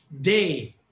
day